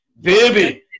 Baby